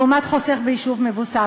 לעומת חוסך ביישוב מבוסס.